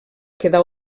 quedar